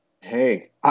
Hey